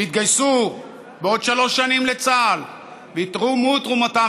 שיתגייסו בעוד שלוש שנים לצה"ל ויתרמו את תרומתם,